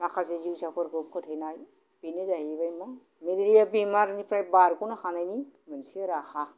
माखासे जिउसाफोरखौ फोथैनाय बेनो जाहैबाय मा मेलेरिया बेमारनिफ्राय बारग'नो हानायनि मोनसे राहा